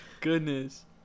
Goodness